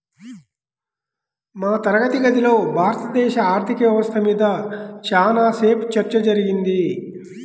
మా తరగతి గదిలో భారతదేశ ఆర్ధిక వ్యవస్థ మీద చానా సేపు చర్చ జరిగింది